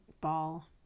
Ball